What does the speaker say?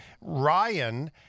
Ryan